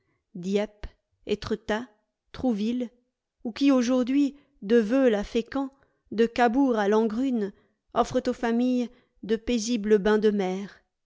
dieppe etretat trouville ou qui aujourd'hui de veules à fécamp de cabourgà langrune offrent aux familles de paisibles bains de mer